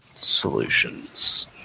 Solutions